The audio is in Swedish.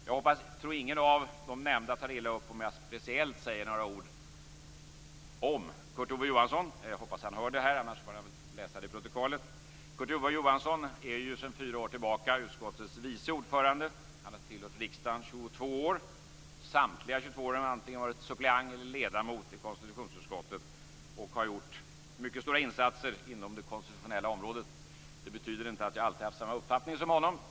Jag tror inte att någon av dem som här nämnts tar illa upp om jag speciellt säger några ord om Kurt Ove Johansson. Jag hoppas att han hör detta. I annat fall får han väl sedan läsa det i protokollet. Kurt Ove Johansson är sedan fyra år tillbaka utskottets vice ordförande. Han har tillhört riksdagen i 22 år. Samtliga 22 år har han varit antingen suppleant eller ledamot i konstitutionsutskottet, och han har gjort mycket stora insatser inom det konstitutionella området. Det betyder dock inte att jag alltid haft samma uppfattning som han.